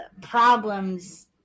problems